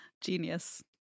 Genius